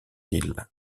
isle